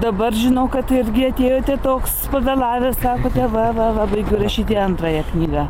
dabar žinau kad irgi atėjote toks pavėlavęs sakote va va va baigiu rašyti antrąją knygą